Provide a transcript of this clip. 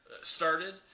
started